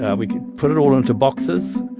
yeah we could put it all into boxes.